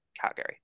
Calgary